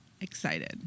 Excited